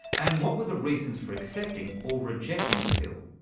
and what were the reasons for accepting or rejecting the pill?